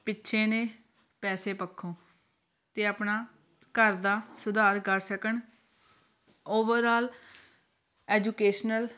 ਪਿੱਛੇ ਨੇ ਪੈਸੇ ਪੱਖੋਂ ਅਤੇ ਆਪਣਾ ਘਰ ਦਾ ਸੁਧਾਰ ਕਰ ਸਕਣ ਓਵਰਆਲ ਐਜੂਕੇਸ਼ਨਲ